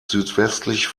südwestlich